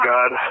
God